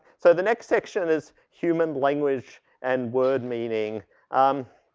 so the next section is human language and word meaning um.